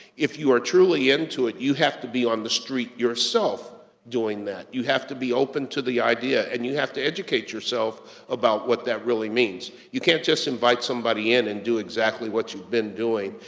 if you're truly into it, you have to be on the street yourself doing that. you have to be open open to the idea, and you have to educate yourself about what that really means. you can't just invite somebody in and do exactly what you've been doing,